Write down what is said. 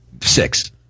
Six